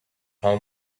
how